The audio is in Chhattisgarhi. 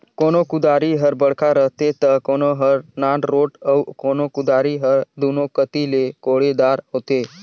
कोनो कुदारी हर बड़खा रहथे ता कोनो हर नानरोट अउ कोनो कुदारी हर दुनो कती ले कोड़े दार होथे